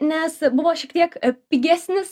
nes buvo šiek tiek pigesnis